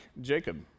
Jacob